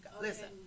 listen